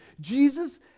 jesus